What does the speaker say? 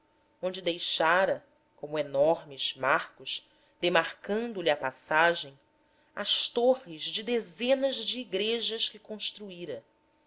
onde deixara como enormes marcos demarcando lhe a passagem as torres de dezenas de igrejas que construíra